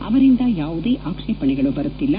ಅವರಿಂದ ಯಾವುದೇ ಆಕ್ಷೇಪಣೆಗಳು ಬರುತ್ತಿಲ್ಲ